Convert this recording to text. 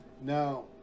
Now